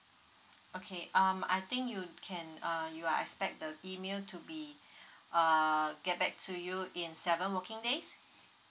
okay um I think you can uh you are expect the email to be err get back to you in seven working days